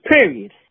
Period